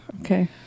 okay